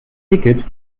ticket